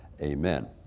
Amen